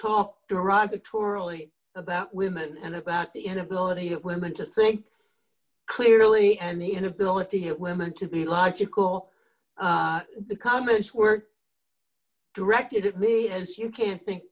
talk derogatorily about women and about the inability of women to think clearly and the inability of women to be logical all the comments were directed at me as you can't think